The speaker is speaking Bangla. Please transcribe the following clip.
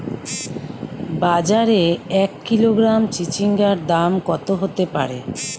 বাজারে এক কিলোগ্রাম চিচিঙ্গার দাম কত হতে পারে?